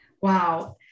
wow